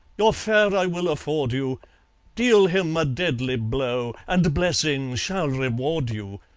your fare i will afford you deal him a deadly blow, and blessings shall reward you.